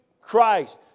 Christ